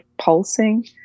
pulsing